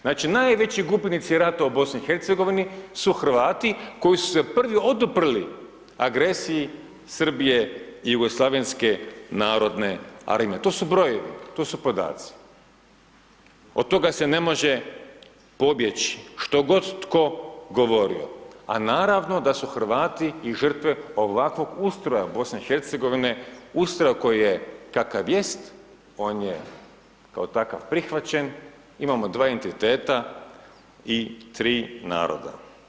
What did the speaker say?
Znači, najveći gubitnici rata u BiH su Hrvati koji su se prvi oduprli agresiji Srbije i JNA, to su brojevi, to su podaci, od toga se ne može pobjeći, što god tko govorio, a naravno da su Hrvati i žrtve ovakvog ustroja BiH, ustroja kakav jest, on je kao takav prihvaćen, imamo dva enditeta i tri naroda.